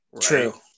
true